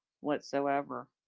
whatsoever